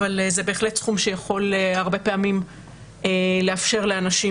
אבל זה בהחלט סכום שיכול הרבה פעמים לאפשר לאנשים